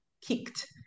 kicked